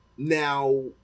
Now